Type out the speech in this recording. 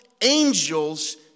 angels